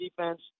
defense